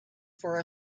for